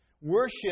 Worship